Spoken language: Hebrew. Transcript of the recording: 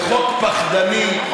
בחוק פחדני,